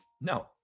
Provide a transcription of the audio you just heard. No